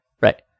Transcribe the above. Right